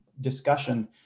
discussion